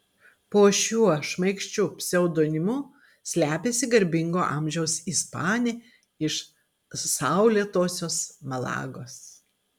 po šiuo šmaikščiu pseudonimu slepiasi garbingo amžiaus ispanė iš saulėtosios malagos